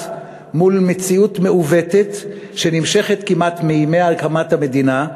מול מציאות מעוותת שנמשכת כמעט מימי הקמת המדינה,